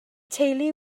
teulu